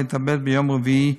התאבד ביום רביעי,